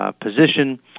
position